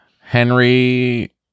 Henry